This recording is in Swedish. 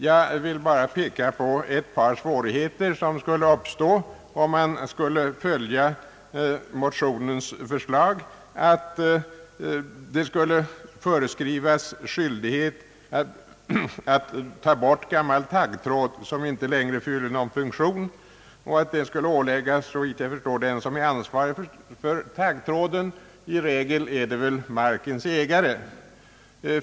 Jag vill bara peka på ett par svårigheter som skulle uppstå om man skulle följa motionens förslag om skyldighet att ta bort gammal taggtråd som inte längre fyller någon funktion och att borttagandet skulle åläggas den som är ansvarig för taggtråden, vilket väl i regel är markens ägare.